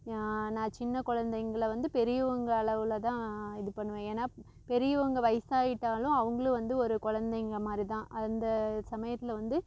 நான் சின்ன கொழந்தைங்கள வந்து பெரியவங்கள் அளவில்தான் இது பண்ணுவேன் ஏன்னால் பெரியவங்கள் வயதாயிட்டாலும் அவங்களும் வந்து ஒரு கொழந்தைங்க மாதிரிதான் அந்த சமயத்தில் வந்து